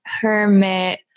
hermit